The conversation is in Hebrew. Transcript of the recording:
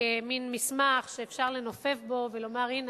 כמין מסמך שאפשר לנופף בו ולומר: הנה,